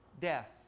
death